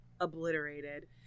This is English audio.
obliterated